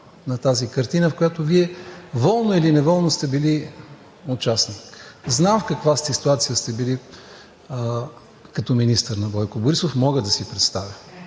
на тази картина, в която Вие волно или неволно сте били участник. Знам в каква ситуация сте били като министър на Бойко Борисов, мога да си представя.